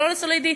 לא לסולידי,